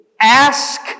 Ask